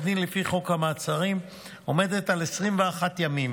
דין לפי חוק המעצרים עומדת על 21 ימים.